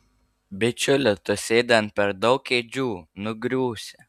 bičiuli tu sėdi ant per daug kėdžių nugriūsi